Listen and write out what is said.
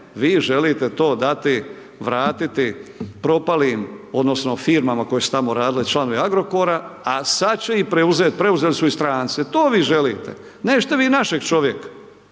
vi želite to dati, vratiti propalim odnosno firmama koje su tamo radile, članovi Agrokora, a sad će ih preuzet, preuzeli su ih stranci, to vi želite, nećete vi našeg čovjeka.